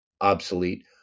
obsolete